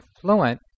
fluent